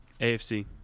AFC